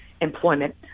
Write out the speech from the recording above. employment